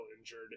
injured